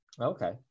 Okay